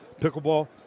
pickleball –